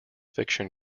fiction